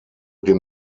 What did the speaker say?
den